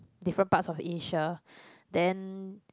different parts of Asia then